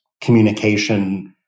communication